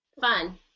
Fun